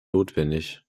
notwendig